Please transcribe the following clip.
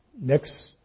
next